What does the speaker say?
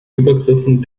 übergriffen